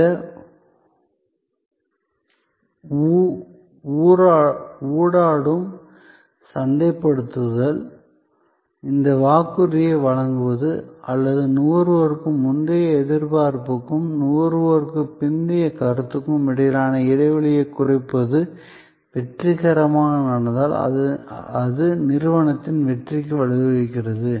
இந்த ஊடாடும் சந்தைப்படுத்தல் இந்த வாக்குறுதியை வழங்குவது அல்லது நுகர்வுக்கு முந்தைய எதிர்பார்ப்புக்கும் நுகர்வுக்கு பிந்தைய கருத்துக்களுக்கும் இடையிலான இடைவெளியைக் குறைப்பது வெற்றிகரமாக நடந்தால் அது நிறுவனத்தின் வெற்றிக்கு வழிவகுக்கிறது